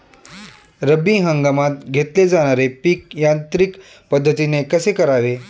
रब्बी हंगामात घेतले जाणारे पीक यांत्रिक पद्धतीने कसे करावे?